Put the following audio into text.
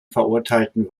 verurteilten